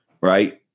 Right